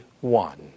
one